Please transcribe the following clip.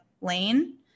lane